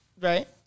right